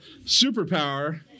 superpower